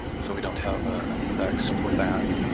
so we don't have ah an index for that,